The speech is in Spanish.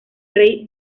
rey